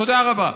תודה רבה.